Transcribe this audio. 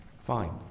Fine